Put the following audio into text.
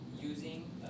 Using